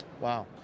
Wow